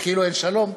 כאילו אין שלום.